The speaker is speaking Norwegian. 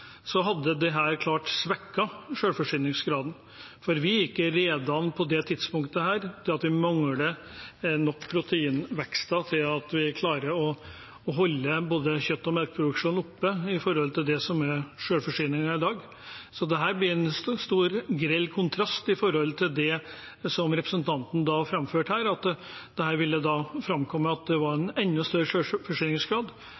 hadde det helt klart svekket selvforsyningsgraden, for vi er ikke rede på dette tidspunktet. Vi har ikke nok proteinvekster til at vi klarer å holde både kjøtt- og melkeproduksjonen oppe i forhold til det som er selvforsyningen i dag. Så det står i grell kontrast til det som representanten Moxnes framførte her, at dette ville framskynde en enda større selvforsyningsgrad. Det ville tvert imot på kort sikt skapt det